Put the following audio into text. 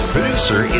Producer